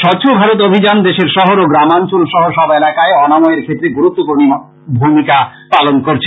স্বচ্ছ ভারত অভিযান দেশের শহর এবং গ্রামাঞ্চল সহ সব এলাকায় অনাময়ের ক্ষেত্রে গুরুত্বপূর্ণ ভূমিকা পালন করছে